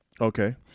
Okay